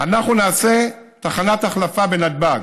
אנחנו נעשה תחנת החלפה בנתב"ג.